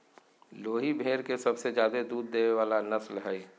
लोही भेड़ के सबसे ज्यादे दूध देय वला नस्ल हइ